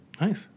Nice